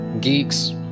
geeks